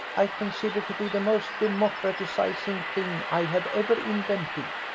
i consider to be the most democraticising thing i have ever invented.